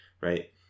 right